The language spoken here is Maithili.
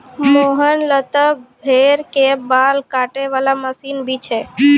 मोहन लॅ त भेड़ के बाल काटै वाला मशीन भी छै